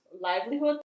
livelihood